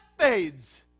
fades